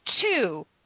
two